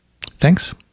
Thanks